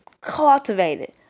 cultivated